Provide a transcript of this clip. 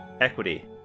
Equity